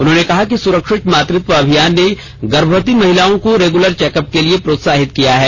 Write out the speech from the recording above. उन्होंने कहा कि सुरक्षित मातृत्व अभियान ने गर्भवती महिलाओं को रैग्युलर चौकअप के लिए प्रोत्साहित किया है